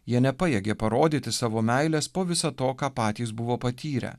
jie nepajėgė parodyti savo meilės po viso to ką patys buvo patyrę